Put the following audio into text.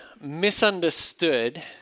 misunderstood